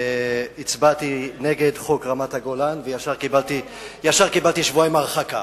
הצבעתי נגד חוק רמת-הגולן וישר קיבלתי שבועיים הרחקה.